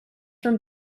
from